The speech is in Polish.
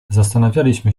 zastanawialiśmy